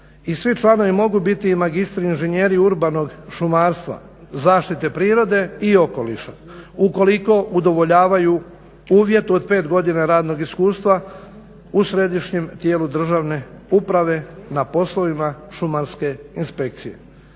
i svi članovi mogu biti magistri inženjeri urbanog šumarstva, zaštite prirode i okoliša ukoliko udovoljavaju uvjetu od 5 godina radnog iskustva u središnjem tijelu državne uprave na poslovima šumarske inspekcije.